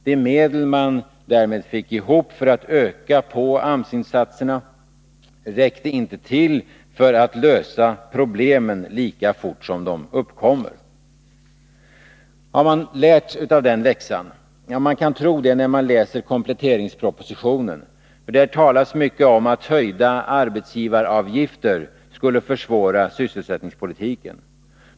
De medel man därmed fick ihop för att öka AMS-insatserna räckte inte till för att lösa problemen lika fort som de uppkom. Har socialdemokraterna lärt av den läxan? Man kan tro det när man läser kompletteringspropositionen, för där talas det mycket om att sysselsättningspolitiken skulle försvåras om arbetsgivaravgifterna höjdes.